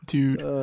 Dude